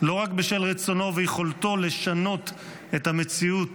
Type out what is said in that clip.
לא רק בשל רצונו ויכולתו לשנות את המציאות